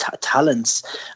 talents